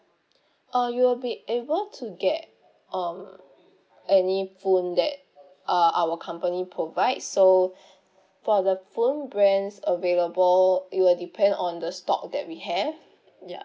uh you will be able to get um any phone that uh our company provide so for the phone brands available it will depend on the stock that we have ya